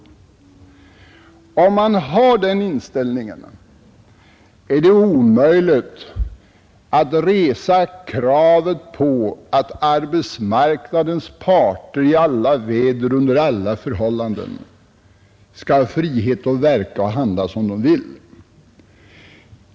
Om man har den inställningen är det omöjligt att resa krav på att arbetsmarknadens parter i alla väder, under alla förhållanden, skall ha frihet att verka och handla som de vill.